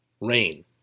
Rain